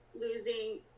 losing